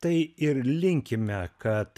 tai ir linkime kad